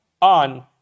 on